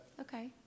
Okay